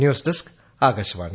news desk Akashvani